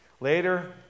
Later